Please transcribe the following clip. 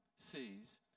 Sees